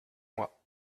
moi